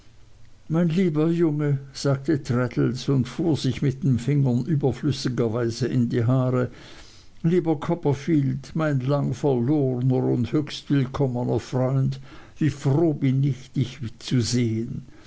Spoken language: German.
mein lieber junge sagte traddles und fuhr sich mit den fingern überflüssigerweise in die haare lieber copperfield mein lang verlorner und höchst willkommner freund wie froh bin ich dich zu sehen